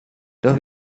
los